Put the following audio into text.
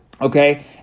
Okay